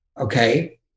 Okay